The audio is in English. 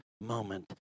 moment